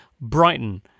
Brighton